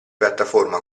piattaforma